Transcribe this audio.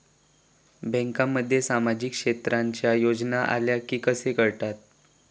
बँकांमध्ये सामाजिक क्षेत्रांच्या योजना आल्या की कसे कळतत?